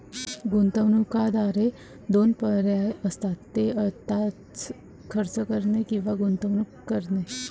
गुंतवणूकदाराकडे दोन पर्याय असतात, ते आत्ताच खर्च करणे किंवा गुंतवणूक करणे